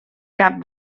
cap